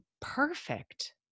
perfect